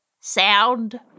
sound